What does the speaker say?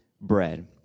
bread